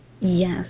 Yes